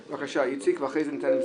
בפרט תחשבו שהיא צריכה להתמקח מול גבר,